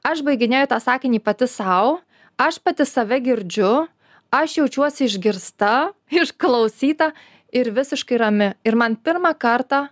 aš baiginėju tą sakinį pati sau aš pati save girdžiu aš jaučiuosi išgirsta išklausyta ir visiškai rami ir man pirmą kartą